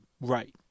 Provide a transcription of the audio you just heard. Right